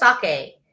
Sake